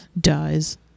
Dies